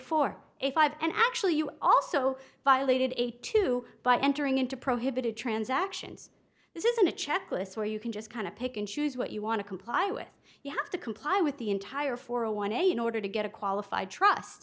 a five and actually you also violated a two by entering into prohibited transactions this isn't a checklist where you can just kind of pick and choose what you want to comply with you have to comply with the entire four a one a in order to get a qualified trust